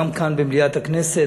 גם כאן במליאת הכנסת,